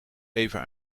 eva